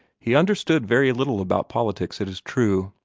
he understood very little about politics, it is true.